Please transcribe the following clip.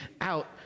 out